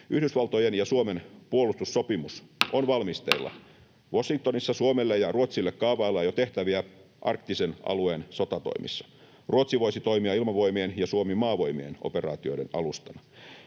Yhdysvaltojen ja Suomen puolustussopimus on valmisteilla. Washingtonissa Suomelle ja Ruotsille kaavaillaan jo tehtäviä arktisen alueen sotatoimissa: Ruotsi voisi toimia ilmavoimien ja Suomi maavoimien operaatioiden alustana.